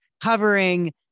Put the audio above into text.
covering